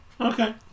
Okay